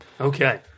Okay